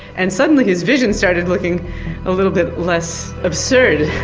and suddenly his vision started looking a little bit less absurd.